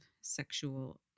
sexual